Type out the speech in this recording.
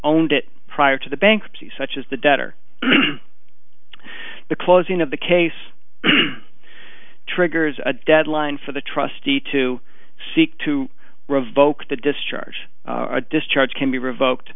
owned it prior to the bankruptcy such as the debt or the closing of the case triggers a deadline for the trustee to seek to revoke the discharge a discharge can be revoked